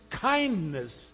kindness